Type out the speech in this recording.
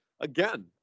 again